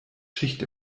schicht